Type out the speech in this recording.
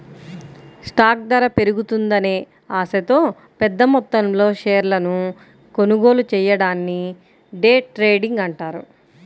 stock ధర పెరుగుతుందనే ఆశతో పెద్దమొత్తంలో షేర్లను కొనుగోలు చెయ్యడాన్ని డే ట్రేడింగ్ అంటారు